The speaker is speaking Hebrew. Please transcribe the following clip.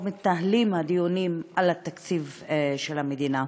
מתנהלים הדיונים על התקציב של המדינה.